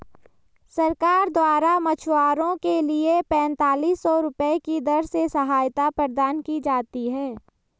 सरकार द्वारा मछुआरों के लिए पेंतालिस सौ रुपये की दर से सहायता प्रदान की जाती है